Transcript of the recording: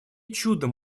чудом